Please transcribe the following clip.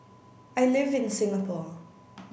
I live in Singapore